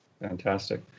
Fantastic